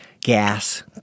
gas